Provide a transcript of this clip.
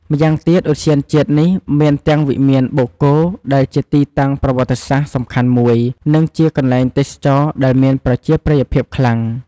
ម៉្យាងទៀត ឧទ្យានជាតិនេះមានទាំងវិមានបូកគោ ដែលជាទីតាំងប្រវត្តិសាស្ត្រសំខាន់មួយ និងជាកន្លែងទេសចរដែលមានប្រជាប្រិយភាពខ្លាំង។